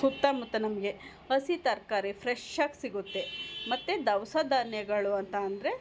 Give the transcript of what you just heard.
ಸುತ್ತ ಮುತ್ತ ನಮಗೆ ಹಸಿ ತರಕಾರಿ ಫ್ರೆಶಾಗಿ ಸಿಗುತ್ತೆ ಮತ್ತು ದವಸ ಧಾನ್ಯಗಳು ಅಂತ ಅಂದರೆ